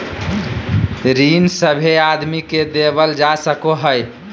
ऋण सभे आदमी के देवल जा सको हय